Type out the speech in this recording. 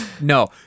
No